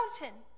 mountain